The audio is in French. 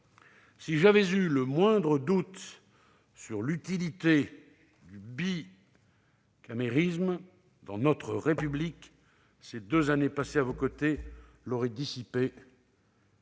si j'avais eu le moindre doute quant à l'utilité du bicamérisme dans notre République, ces deux années passées à vos côtés l'auraient dissipé